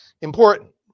Important